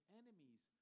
enemies